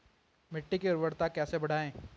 मिट्टी की उर्वरकता कैसे बढ़ायें?